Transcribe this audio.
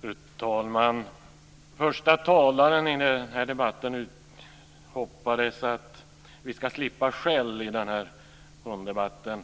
Fru talman! Första talaren hoppades att vi skulle slippa skäll i denna hunddebatt. Det